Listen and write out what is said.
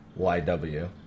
YW